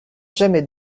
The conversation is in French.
jamais